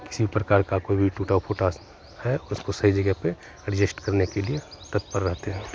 किसी भी प्रकार का कोई भी टूटा फूटा है उसको सही जगह पे अडजेश्ट करने के लिए तत्पर रहते हैं